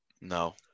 No